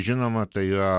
žinoma tai yra